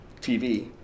TV